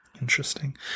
Interesting